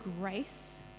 grace